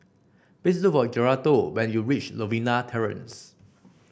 please look for Geraldo when you reach Novena Terrace